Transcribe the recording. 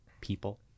people